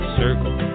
circle